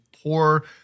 poor